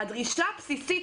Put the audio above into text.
הדרישה הבסיסית,